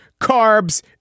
carbs